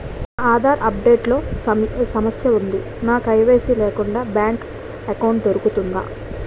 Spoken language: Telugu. నా ఆధార్ అప్ డేట్ లో సమస్య వుంది నాకు కే.వై.సీ లేకుండా బ్యాంక్ ఎకౌంట్దొ రుకుతుందా?